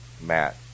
Matt